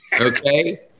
okay